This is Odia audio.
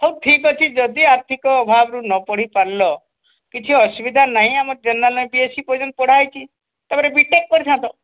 ହେଉ ଠିକ୍ ଅଛି ଯଦି ଆର୍ଥିକ ଅଭାବରୁ ନ ପଢ଼ି ପାରିଲ କିଛି ଅସୁବିଧା ନାହିଁ ଆମ ଜେନେରାଲ୍ରେ ବି ଏସ୍ ସି ପର୍ଯ୍ୟନ୍ତ ପଢ଼ାହେଇଛି ତା'ପରେ ବି ଟେକ୍ ପଢ଼ିଥାନ୍ତ